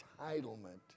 entitlement